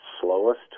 slowest